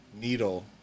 needle